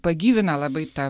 pagyvina labai tą